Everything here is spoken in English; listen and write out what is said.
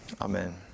Amen